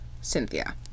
Cynthia